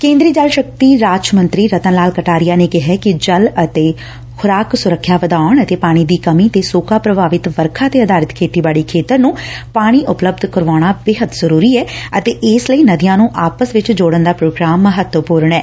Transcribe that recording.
ਕੇ'ਦਰੀ ਜਲ ਸ਼ਕਤੀ ਰਾਜ ਮੰਤਰੀ ਰਤਨ ਲਾਲ ਕਟਾਰੀਆ ਨੇ ਕਿਹੈ ਕਿ ਜਲ ਅਤੇ ਖੁਰਾਕ ਸੁਰੱਖਿਆ ਵਧਾਉਣ ਤੇ ਪਾਣੀ ਦੀ ਕਮੀ ਅਤੇ ਸੋਕਾ ਪ੍ਰਭਾਵਿਤ ਵਰਖਾ ਤੇ ਆਧਾਰਿਤ ਖੇਤੀਬਾੜੀ ਖੇਤਰ ਨੂੰ ਪਾਣੀ ਉਪਲੱਬਧ ਕਰਾਉਣਾ ਬੇਹੱਦ ਜ਼ਰੁਰੀ ਐ ਅਤੇ ਇਸ ਲਈ ਨਦੀਆਂ ਨੁੰ ਆਪਸ ਚ ਜੋੜਨ ਦਾ ਪ੍ਰੋਗਰਾਮ ਮਹੱਤਵਪੂਰਨ ਐ